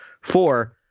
Four